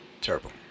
Terrible